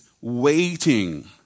waiting